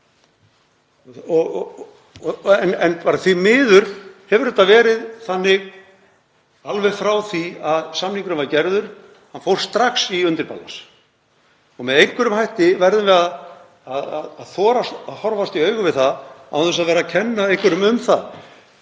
En því miður hefur þetta verið þannig alveg frá því að samningurinn var gerður. Hann fór strax í undirballans. Með einhverjum hætti verðum við að þora að horfast í augu við það án þess að vera að kenna einhverjum um.